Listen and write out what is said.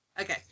okay